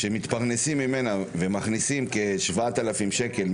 מתפרנסים ממנה ומכניסים ממנה כ-7,000 שקלים,